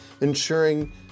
ensuring